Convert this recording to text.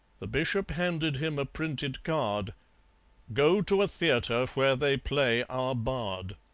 the bishop handed him a printed card go to a theatre where they play our bard.